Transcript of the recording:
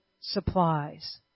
supplies